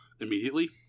immediately